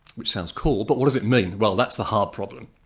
which sounds cool, but what does it mean? well, that's the hard problem.